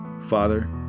Father